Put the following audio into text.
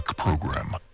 program